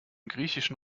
griechischen